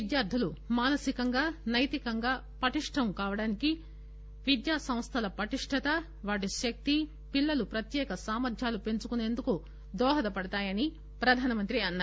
విద్యార్దులు మానసికంగా సైతికంగా పటిష్టమయ్యేందుకు విద్యాసంస్థల పటిష్టత వాటి శక్తి పిల్లలు ప్రత్యేక సామర్ధ్యాలు పెంచుకుసేందుకు దోహదపడతాయని ప్రధానమంత్రి అన్నారు